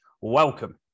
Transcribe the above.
Welcome